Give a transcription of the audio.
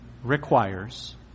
requires